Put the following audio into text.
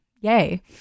yay